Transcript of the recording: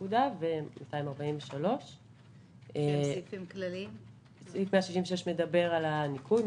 לפקודה וסעיף 243. סעיף 166 מדבר על הניכוי,